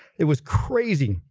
it was crazy.